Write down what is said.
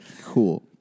Cool